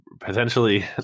potentially